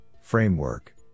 framework